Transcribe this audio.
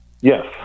Yes